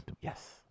Yes